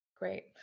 Great